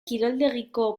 kiroldegiko